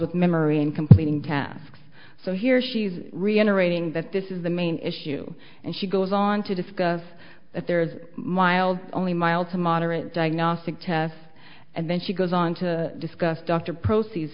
of memory in completing tasks so here she is reiterating that this is the main issue and she goes on to discuss that there is mild only mild to moderate diagnostic tests and then she goes on to discuss dr proce